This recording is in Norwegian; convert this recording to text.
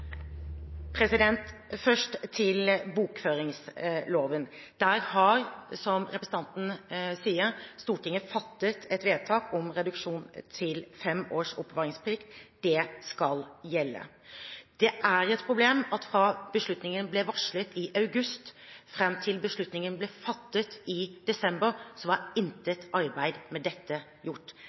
bokføringsloven. Som representanten sier, har Stortinget fattet et vedtak om å redusere oppbevaringsplikten til fem år. Det skal gjelde. Det er et problem at fra beslutningen ble varslet i august, og fram til den ble fattet i desember, var intet arbeid med dette gjort.